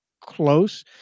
close